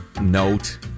note